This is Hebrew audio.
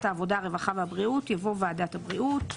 העבודה הרווחה והבריאות" יבוא "ועדת ממלכתיהבריאות,